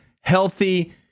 healthy